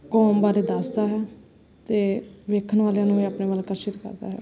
ਕੌਮ ਬਾਰੇ ਦੱਸਦਾ ਹੈ ਅਤੇ ਵੇਖਣ ਵਾਲਿਆਂ ਨੂੰ ਵੀ ਆਪਣੇ ਵੱਲ ਆਕਰਸ਼ਿਤ ਕਰਦਾ ਹੈ